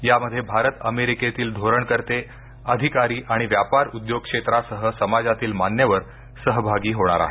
यामध्ये भारत अमेरिकेतील धोरणकर्ते अधिकारी आणि व्यापार उद्योग क्षेत्रासह समाजातील मान्यवर यात सहभागी होणार आहेत